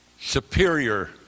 superior